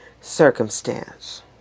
circumstance